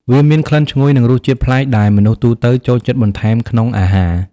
វាមានក្លិនឈ្ងុយ និងរសជាតិប្លែកដែលមនុស្សទូទៅចូលចិត្តបន្ថែមក្នុងអាហារ។